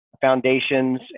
foundations